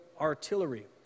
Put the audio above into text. Artillery